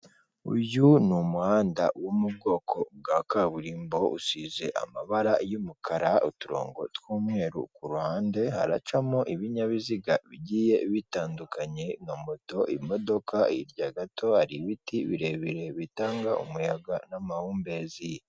Uyu ni umuhanda wo mu bwoko bwa kaburimbo, usize amabara y'umukara, uturongo tw'umweru, ku ruhande haracamo ibinyabiziga bigiye bitandukanye nka moto, imodoka hirya gato hari ibiti birebire bitanga umuyaga n'amahumbezi.